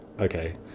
okay